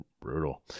brutal